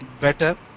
better